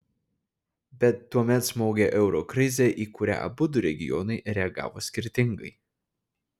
bet tuomet smogė euro krizė į kurią abudu regionai reagavo skirtingai